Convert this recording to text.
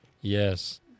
yes